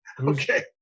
Okay